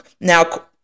Now